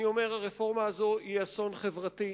אני אומר: הרפורמה הזאת היא אסון חברתי.